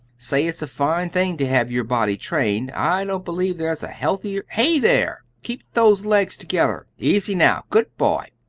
say, it's a fine thing to have your body trained. i don't believe there's a healthier hey, there! keep those legs together. easy now. good boy!